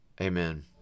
Amen